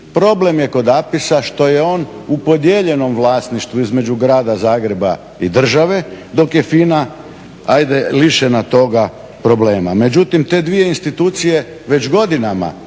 Problem je kod APIS-a što je on u podijeljenom vlasništvu između Grada Zagreba i države, dok je FINA ajde lišena toga problema. Međutim, te dvije institucije već godinama